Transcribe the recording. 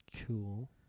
cool